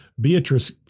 Beatrice